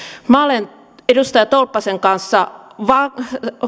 minä olen edustaja tolppasen kanssa